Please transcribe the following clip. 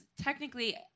technically